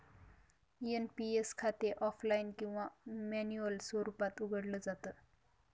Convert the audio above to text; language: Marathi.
एन.पी.एस खाते ऑफलाइन किंवा मॅन्युअल स्वरूपात उघडलं जात